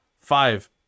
Five